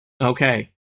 Okay